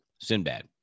Sinbad